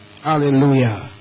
Hallelujah